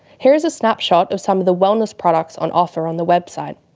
here is a snap shot of some of the wellness products on offer on the website